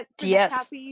Yes